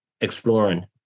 exploring